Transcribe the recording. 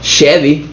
Chevy